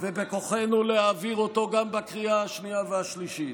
ובכוחנו להעביר אותו גם בקריאה השנייה והשלישית,